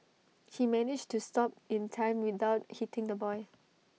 he managed to stop in time without hitting the boy